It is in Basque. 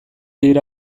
dira